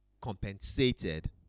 compensated